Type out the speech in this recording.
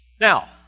Now